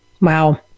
Wow